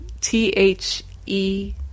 T-H-E